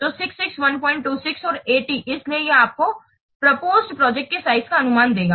तो 66126 और 80 इसलिए यह आपको प्रोपोसड प्रोजेक्ट के साइज का अनुमान देगा